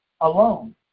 Alone